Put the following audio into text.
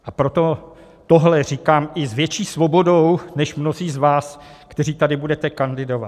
A proto tohle říkám i s větší svobodou než mnozí z vás, kteří tady budete kandidovat.